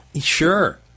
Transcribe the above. sure